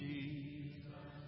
Jesus